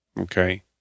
okay